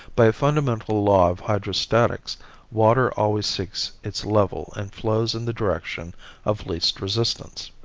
by a fundamental law of hydrostatics water always seeks its level and flows in the direction of least resistance.